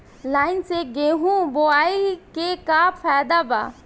Line से गेहूं बोआई के का फायदा बा?